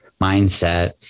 mindset